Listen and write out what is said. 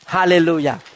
Hallelujah